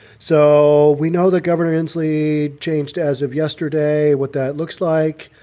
so we know the governor inslee changed as of yesterday what that looks like.